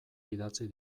idatzi